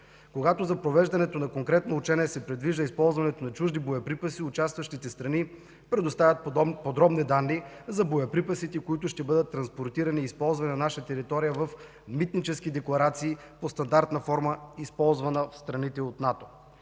Когато за провеждането на конкретно учение се предвижда използването на чужди боеприпаси, участващите страни предоставят подробни данни за боеприпасите, които ще бъдат транспортирани и използвани на наша територия, в митнически декларации по стандартна форма, използвана в страните от НАТО.